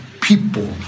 people